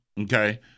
Okay